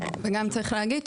וגם צריך להגיד,